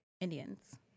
indians